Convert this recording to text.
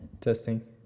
Testing